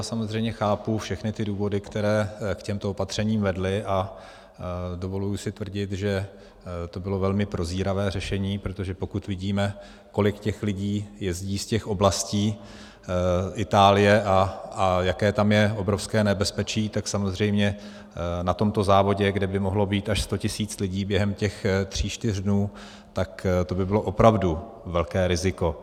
Já samozřejmě chápu všechny důvody, které k těmto opatřením vedly, a dovoluji si tvrdit, že to bylo velmi prozíravé řešení, protože pokud vidíme, kolik lidí jezdí z těch oblastí Itálie a jaké tam je obrovské nebezpečí, tak samozřejmě na tomto závodě, kde by mohlo být až 100 tisíc lidí během tří čtyř dnů, tak to by bylo opravdu velké riziko.